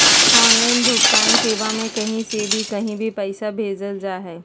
online भुगतान सेवा में कही से भी कही भी पैसा भेजल जा हइ